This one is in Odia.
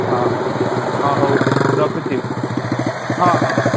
ହଁ ହଁ ହଉ ରଖୁଛି ହଁ ହଁ